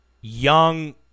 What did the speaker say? young